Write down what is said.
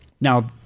Now